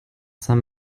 saint